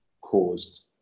caused